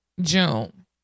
June